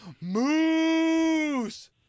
Moose